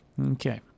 Okay